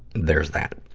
there's that.